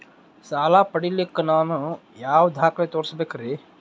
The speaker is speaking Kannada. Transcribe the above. ಸಾಲ ಪಡಿಲಿಕ್ಕ ನಾನು ಯಾವ ದಾಖಲೆ ತೋರಿಸಬೇಕರಿ?